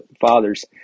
fathers